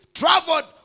traveled